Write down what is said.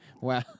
Wow